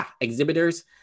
exhibitors